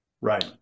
Right